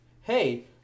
hey